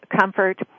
comfort